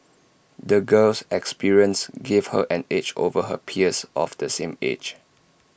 the girl's experiences gave her an edge over her peers of the same age